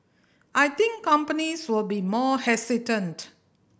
I think companies will be more hesitant